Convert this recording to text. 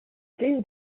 din